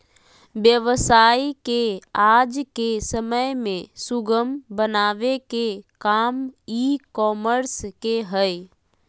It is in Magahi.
व्यवसाय के आज के समय में सुगम बनावे के काम ई कॉमर्स के हय